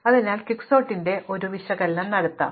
അതിനാൽ നമുക്ക് ക്വിക്സോർട്ടിന്റെ ഒരു വിശകലനം നടത്താം